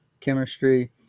chemistry